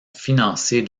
financée